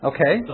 Okay